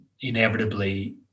inevitably